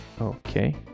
Okay